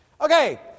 Okay